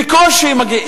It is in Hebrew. בקושי מגיעים,